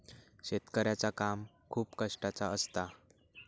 शेतकऱ्याचा काम खूप कष्टाचा असता